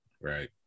right